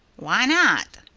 why not?